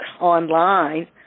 online